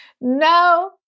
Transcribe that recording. No